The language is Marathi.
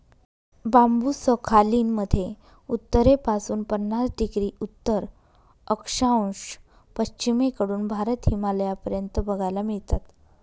बांबु सखालीन मध्ये उत्तरेपासून पन्नास डिग्री उत्तर अक्षांश, पश्चिमेकडून भारत, हिमालयापर्यंत बघायला मिळतात